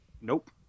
Nope